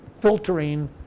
filtering